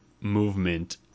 movement